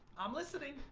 i'm listening.